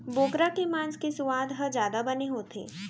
बोकरा के मांस के सुवाद ह जादा बने होथे